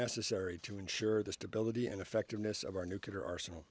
necessary to ensure the stability and effectiveness of our nuclear arsenal